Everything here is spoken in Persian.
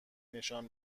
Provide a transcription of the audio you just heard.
نشان